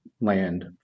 land